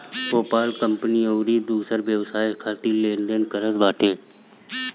PayPal company अउरी दूसर व्यवसाय खातिर लेन देन करत बाटे